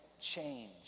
change